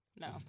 No